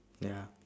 ya